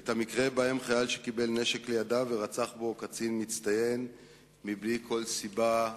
את המקרה שבו חייל שקיבל נשק לידיו ורצח בו קצין מצטיין בלי כל סיבה,